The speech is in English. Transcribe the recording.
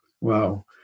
Wow